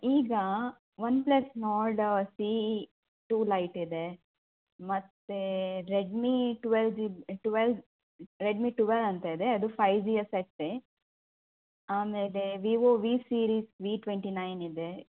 ಈಗಾ OnePlus Nord CE two Lite ಇದೆ ಮತ್ತೇ Redmi twelve G B twelve Redmi twelve ಅಂತ ಇದೆ ಅದು ಫೈವ್ ಜಿಯ ಸೆಟ್ಟೇ ಆಮೇಲೆ Vivo V series V twenty nine ಇದೆ